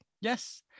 Yes